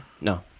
No